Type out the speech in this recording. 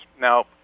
Now